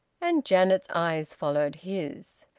and janet's eyes followed his.